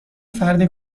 فردی